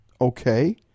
Okay